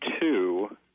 two